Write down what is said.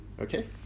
Okay